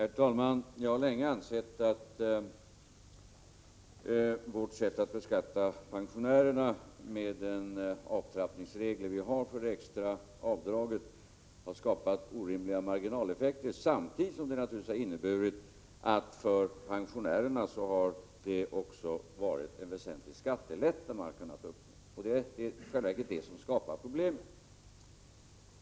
Herr talman! Jag har länge ansett att vårt sätt att beskatta pensionärer med de avtrappningsregler vi har för det extra avdraget har skapat orimliga marginaleffekter samtidigt som det naturligtvis har inneburit att pensionärerna har kunnat uppnå en väsentlig skattelättnad. Det är i själva verket detta som skapar problemet.